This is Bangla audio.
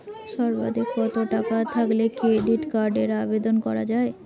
সর্বাধিক কত টাকা থাকলে ক্রেডিট কার্ডের আবেদন করা য়ায়?